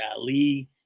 Ali